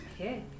okay